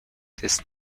this